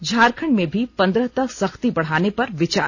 झारखंड में भी पंद्रह तक सख्ती बढ़ाने पर विचार